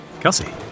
Kelsey